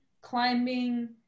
climbing